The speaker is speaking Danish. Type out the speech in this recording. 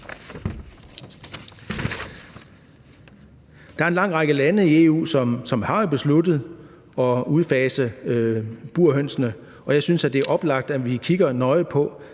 Der er en lang række lande i EU, som jo har besluttet at udfase burhønsene, og jeg synes, det er oplagt, at vi kigger nøje på,